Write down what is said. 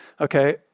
okay